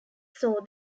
saw